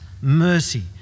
mercy